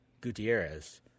Gutierrez